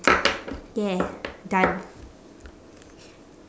ya done